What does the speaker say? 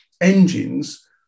engines